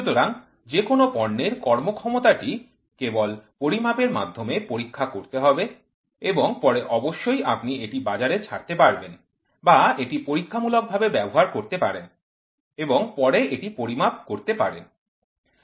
সুতরাং যেকোনো পণ্যের কর্মক্ষমতাটি কেবল পরিমাপের মাধ্যমে পরীক্ষা করতে হবে এবং পরে অবশ্যই আপনি এটি বাজারে ছাড়তে পারেন বা এটি পরীক্ষামূলক ভাবে ব্যবহার করতে পারেন এবং পরে এটি পরিমাপ করতে পারেন